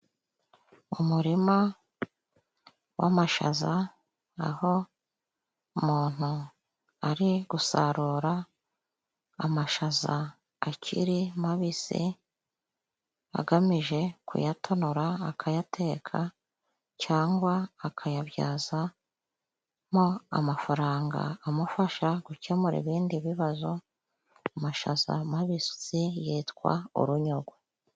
Umurima w'amashaza aho muntu ari gusarura amashaza akiri mabisi agamije kuyatonora akayateka cyangwa akayabyazamo amafaranga amufasha gukemura ibindi bibazo. Amashaza mabisi yitwa urunyogwe.